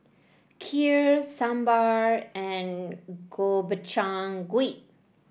Kheer Sambar and Gobchang Gui